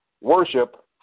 worship